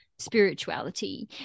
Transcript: spirituality